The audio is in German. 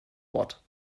wort